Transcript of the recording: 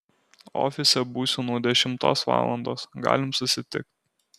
ofise būsiu nuo dešimtos valandos galim susitikt